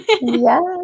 Yes